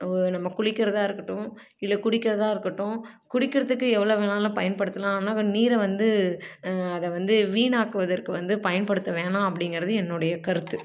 நம்ம குளிக்கிறதாக இருக்கட்டும் இல்லை குடிக்கிறதாக இருக்கட்டும் குடிக்கிறதுக்கு எவ்வளோ வேணாலும் பயன்படுத்தலாம் ஆனால் நீரை வந்து அதை வந்து வீணாக்குவதற்கு வந்து பயன்படுத்த வேணாம் அப்படிங்கிறது என்னுடைய கருத்து